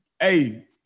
Hey